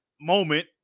moment